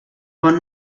bon